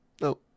no